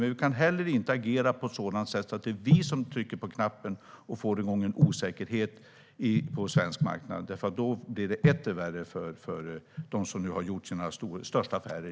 Men vi kan inte agera på ett sådant sätt att det är vi som trycker på knappen och får igång en osäkerhet på svensk marknad, för då blir det etter värre för dem som nu har gjort sitt livs största affär.